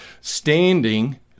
Standing